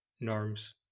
norms